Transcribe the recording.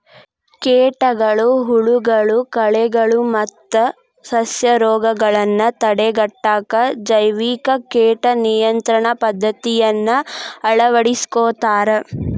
ಕೇಟಗಳು, ಹುಳಗಳು, ಕಳೆಗಳು ಮತ್ತ ಸಸ್ಯರೋಗಗಳನ್ನ ತಡೆಗಟ್ಟಾಕ ಜೈವಿಕ ಕೇಟ ನಿಯಂತ್ರಣ ಪದ್ದತಿಯನ್ನ ಅಳವಡಿಸ್ಕೊತಾರ